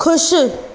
ख़ुशि